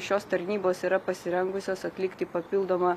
šios tarnybos yra pasirengusios atlikti papildomą